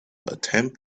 attempt